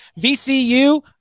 VCU